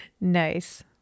Nice